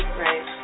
right